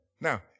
Now